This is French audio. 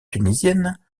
tunisienne